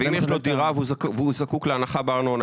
ואם יש לו דירה והוא זקוק להנחה בארנונה?